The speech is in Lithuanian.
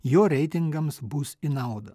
jo reitingams bus į naudą